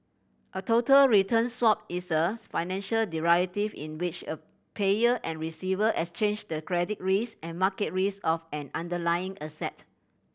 a total return swap is a financial derivative in which a payer and receiver exchange the credit risk and market risk of an underlying asset